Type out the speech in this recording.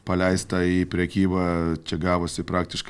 paleista į prekybą čia gavosi praktiškai